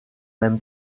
même